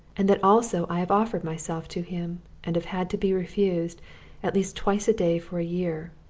and that also i have offered myself to him and have had to be refused at least twice a day for a year.